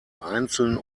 einzeln